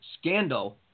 scandal